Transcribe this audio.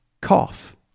cough